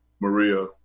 Maria